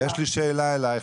יש לי שאלה אלייך.